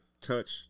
touch